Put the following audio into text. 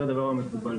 זה הדבר המקובל.